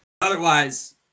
Otherwise